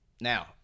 Now